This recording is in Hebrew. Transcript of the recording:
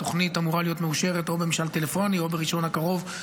התוכנית אמורה להיות מאושרת או במשאל טלפוני או בראשון הקרוב,